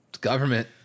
Government